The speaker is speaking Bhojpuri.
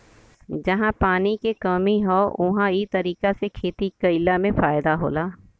जहां पानी के कमी हौ उहां इ तरीका से खेती कइला में फायदा होला